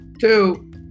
Two